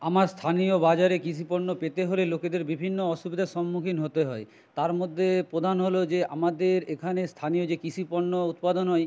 আমার স্থানীয় বাজারে কৃষিপণ্য পেতে হলে লোকেদের বিভিন্ন অসুবিধার সম্মুখীন হতে হয় তার মধ্যে প্রধান হলো যে আমাদের এখানে স্থানীয় যে কৃষিপণ্য উৎপাদন হয়